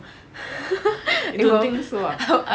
you don't think so ah